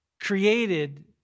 created